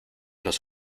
los